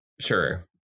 sure